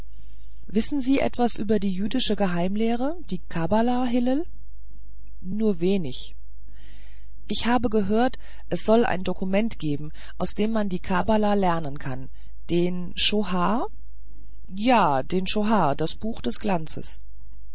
wissen sie etwas über die jüdische geheimlehre die kabbala hillel nur wenig ich habe gehört es soll ein dokument geben aus dem man die kabbala lernen kann den sohar ja den sohar das buch des glanzes